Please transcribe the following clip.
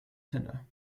tenure